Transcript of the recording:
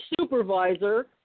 supervisor